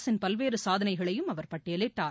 அரசின் பல்வேறு சாதனைகளையும் அவர் பட்டியலிட்டார்